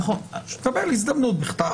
שתקבל הזדמנות בכתב.